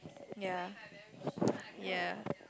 ya ya